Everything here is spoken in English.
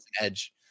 edge